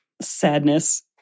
sadness